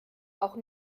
auch